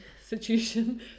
situation